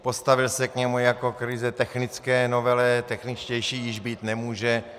Postavil se k němu jako k ryze technické novele, techničtější již být nemůže.